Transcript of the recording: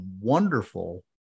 wonderful